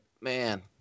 man